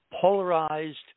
polarized